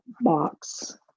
box